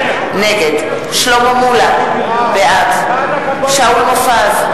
נגד שלמה מולה, בעד שאול מופז,